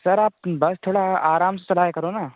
sir आप बस थोड़ा आराम से चलाया करो ना